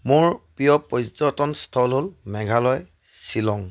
মোৰ প্ৰিয় পৰ্যটনস্থল হ'ল মেঘালয় শ্বিলং